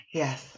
yes